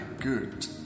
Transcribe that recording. Good